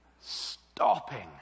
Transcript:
stopping